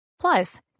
Plus